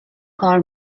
کار